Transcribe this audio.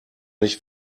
nicht